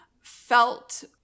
felt